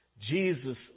Jesus